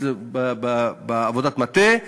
בעבודת מטה,